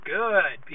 good